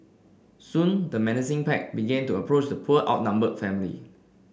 soon the menacing pack began to approach the poor outnumbered family